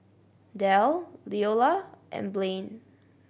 Del Leola and Blain